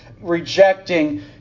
rejecting